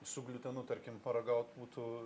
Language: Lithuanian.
su gliutenu tarkim paragaut būtų